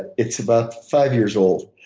and it's about five years old.